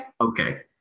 okay